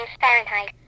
Fahrenheit